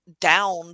down